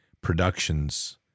productions